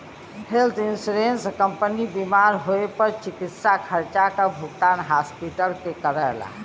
health insurance company बीमार होए पर चिकित्सा खर्चा क भुगतान हॉस्पिटल के करला